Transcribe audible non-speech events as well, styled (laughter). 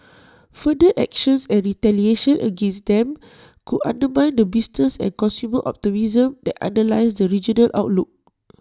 further actions and retaliation against them could undermine the business and consumer optimism that underlies the regional outlook (noise)